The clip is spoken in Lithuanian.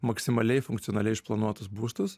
maksimaliai funkcionaliai išplanuotus būstus